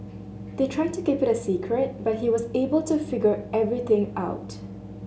they tried to keep it a secret but he was able to figure everything out